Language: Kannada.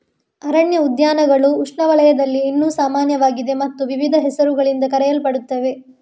ಅರಣ್ಯ ಉದ್ಯಾನಗಳು ಉಷ್ಣವಲಯದಲ್ಲಿ ಇನ್ನೂ ಸಾಮಾನ್ಯವಾಗಿದೆ ಮತ್ತು ವಿವಿಧ ಹೆಸರುಗಳಿಂದ ಕರೆಯಲ್ಪಡುತ್ತವೆ